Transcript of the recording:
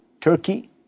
Turkey